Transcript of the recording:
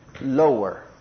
Lower